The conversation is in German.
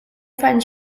feine